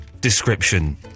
description